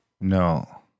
no